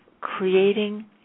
creating